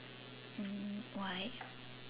um why